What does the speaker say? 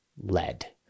lead